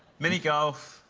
mini golf,